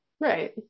Right